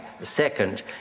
second